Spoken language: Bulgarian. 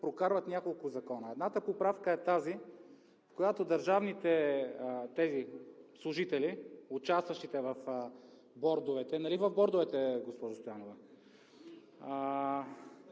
прокарват няколко закона. Едната поправка е тази, в която държавните служители, участващи в бордовете – нали в бордовете, госпожо Стоянова